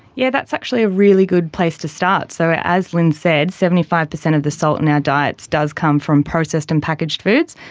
yeah that's actually a really good place to start. so as lynne said, seventy five percent of the salt in our diets does come from processed and packaged foods.